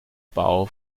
bau